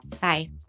Bye